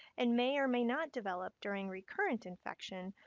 and may or may not develop during recurrent infection,